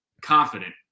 confident